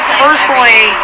personally